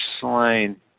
slain